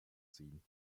ziehen